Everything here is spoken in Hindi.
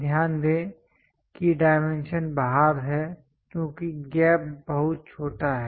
ध्यान दें कि डायमेंशन बाहर है क्योंकि गैप बहुत छोटा है